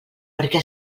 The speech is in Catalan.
perquè